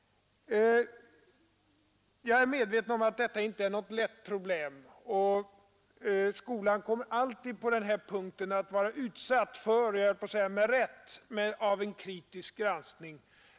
Jag är medveten om att detta inte är något lätt problem, Skolan kommer alltid på den här punkten — och det är väl med rätta — att vara utsatt för en kritisk granskning.